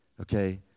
okay